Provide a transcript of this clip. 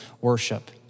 worship